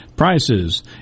Prices